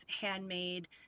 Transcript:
handmade